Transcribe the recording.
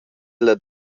dalla